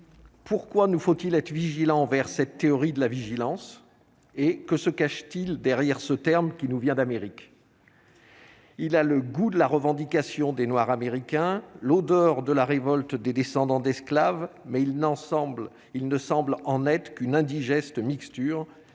Pourquoi nous faut-il être vigilant envers cette théorie de la vigilance et que se cache-t-il derrière ce terme qui nous vient d'Amérique. Il a le goût de la revendication des Noirs américains, l'odeur de la révolte des descendants d'esclaves, mais il n'ensemble, il ne semble en être qu'une indigeste mixture une usurpation